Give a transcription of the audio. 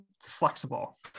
flexible